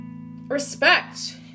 respect